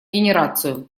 генерацию